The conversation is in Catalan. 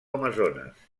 amazones